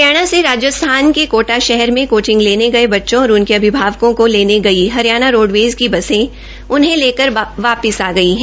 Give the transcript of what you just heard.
हरियाणा से राजस्थान के कोटा शहर में कोचिंग लेने गए बच्चों और उनके अभिभावकों को लेने गई हरियाणा रोडवेज की बसें उन्हें लेकर वापिस आ गई हैं